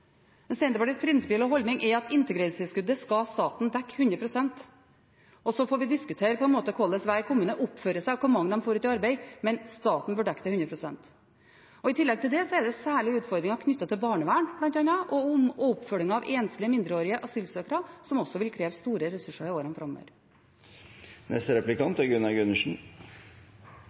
men Senterpartiets prinsipielle holdning er at integreringstilskuddet skal staten dekke 100 pst. Så får vi diskutere hvordan hver kommune oppfører seg, og hvor mange de får ut i arbeid. Men staten bør dekke det 100 pst. I tillegg til det er det særlig utfordringer knyttet til bl.a. barnevern og oppfølgingen av enslige mindreårige asylsøkere som også vil kreve store ressurser i årene framover.